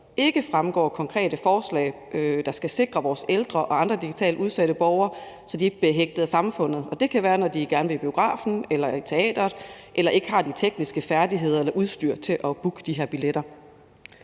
ikke fremgår konkrete forslag, der skal sikre vores ældre og andre digitalt udsatte borgere, så de ikke bliver hægtet af samfundet. Det kan være, når de gerne vil i biografen eller i teatret eller ikke har de tekniske færdigheder eller udstyr til at booke de her